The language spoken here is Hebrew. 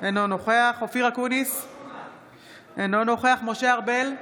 אינו נוכח אופיר אקוניס, אינו נוכח משה ארבל,